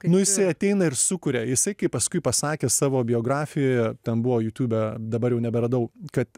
nu jisai ateina ir sukuria jisai kaip paskui pasakė savo biografijoje ten buvo jutube dabar jau neberadau kad